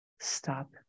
stop